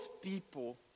people